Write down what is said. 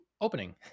opening